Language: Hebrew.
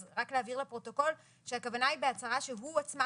אז רק להבהיר לפרוטוקול שהכוונה היא בהצהרה שהוא עצמו